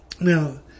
Now